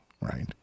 right